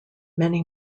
many